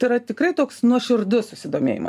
tai yra tikrai toks nuoširdus susidomėjimo